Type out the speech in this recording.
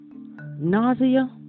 nausea